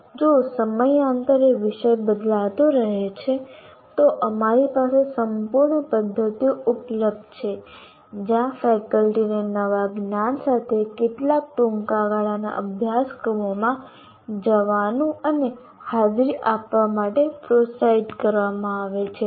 અને જો સમયાંતરે વિષય બદલાતો રહે છે તો અમારી પાસે સંપૂર્ણ પદ્ધતિઓ ઉપલબ્ધ છે જ્યાં ફેકલ્ટીને નવા જ્ઞાન સાથે કેટલાક ટૂંકા ગાળાના અભ્યાસક્રમોમાં જવાનું અને હાજરી આપવા માટે પ્રોત્સાહિત કરવામાં આવે છે